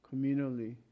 communally